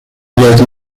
albert